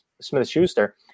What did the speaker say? Smith-Schuster